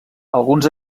alguns